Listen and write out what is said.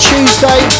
Tuesday